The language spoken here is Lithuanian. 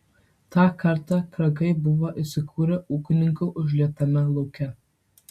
tą kartą kragai buvo įsikūrę ūkininkų užlietame lauke